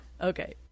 Okay